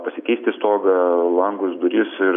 pasikeisti stogą langus duris ir